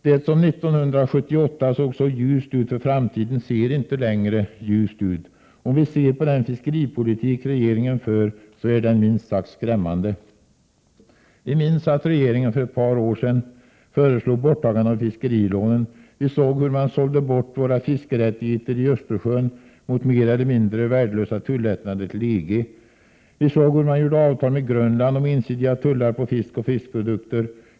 Det som 1978 såg ljust ut för framtiden ser inte längre ljust ut. Den fiskeripolitik som regeringen för är minst sagt skrämmande. Vi minns att regeringen för ett par år sedan föreslog borttagande av fiskerilånen. Vi såg hur man sålde bort våra fiskerättigheter i Östersjön mot mer eller mindre värdelösa tullättnader till EG. Vi såg hur man gjorde avtal med Grönland om ensidiga tullar på fisk och fiskprodukter.